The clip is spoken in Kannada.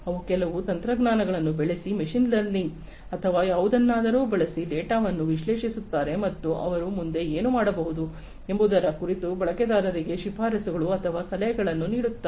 ಅವರು ಕೆಲವು ತಂತ್ರಗಳನ್ನು ಬಳಸಿ ಮೆಷೀನ್ ಲರ್ನಿಂಗ್ ಅಥವಾ ಯಾವುದನ್ನಾದರೂ ಬಳಸಿ ಡೇಟಾವನ್ನು ವಿಶ್ಲೇಷಿಸುತ್ತಾರೆ ಮತ್ತು ಅವರು ಮುಂದೆ ಏನು ಮಾಡಬಹುದು ಎಂಬುದರ ಕುರಿತು ಬಳಕೆದಾರರಿಗೆ ಶಿಫಾರಸುಗಳು ಅಥವಾ ಸಲಹೆಗಳನ್ನು ನೀಡುತ್ತಾರೆ